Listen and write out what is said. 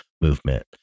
movement